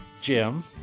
Jim